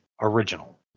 original